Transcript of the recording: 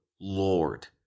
lord